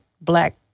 black